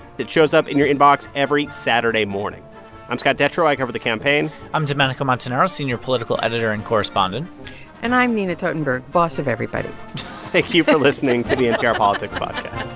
that shows up in your inbox every saturday morning i'm scott detrow. i cover the campaign i'm domenico montanaro, senior political editor and correspondent and i'm nina totenberg, boss of everybody thank you for listening to the npr politics but